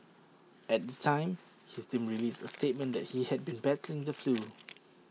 at the time his team released A statement that he had been battling the flu